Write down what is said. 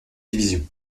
division